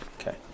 Okay